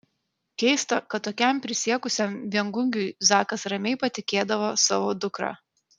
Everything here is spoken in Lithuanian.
keista kad tokiam prisiekusiam viengungiui zakas ramiai patikėdavo savo dukrą